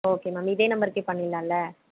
okay ma'am இதே நம்பருக்கே பண்ணிர்லான்ல